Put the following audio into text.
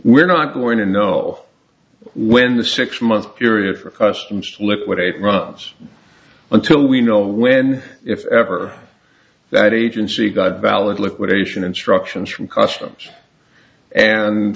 we're not going to know when the six month period for customs liquidate runs until we know when if ever that agency got valid liquidation instructions from customs and